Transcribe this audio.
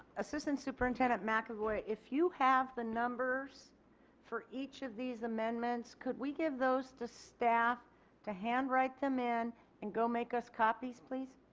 assistant superintendent mcevoy if you have the numbers for each of these amendments could we give those to staff to handwrite them in and go make us copies please?